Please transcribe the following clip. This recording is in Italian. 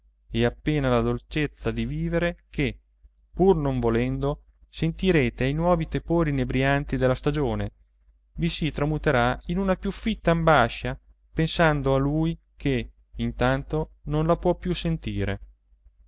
e appena la dolcezza di vivere che pur non volendo sentirete ai nuovi tepori inebrianti della stagione vi si tramuterà in una più fitta ambascia pensando a lui che intanto non la può più sentire